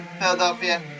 Philadelphia